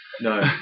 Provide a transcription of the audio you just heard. No